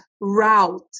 route